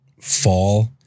fall